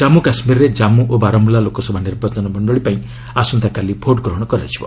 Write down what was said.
ଜନ୍ମୁ କାଶ୍ମୀରରେ ଜନ୍ମୁ ଓ ବାରମୁଲ୍ଲା ଲୋକସଭା ନିର୍ବାଚନ ମଣ୍ଡଳୀ ପାଇଁ ଆସନ୍ତାକାଲି ଭୋଟ୍ଗ୍ରହଣ ହେବ